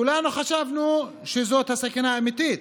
כולנו חשבנו שזאת הסכנה האמיתית,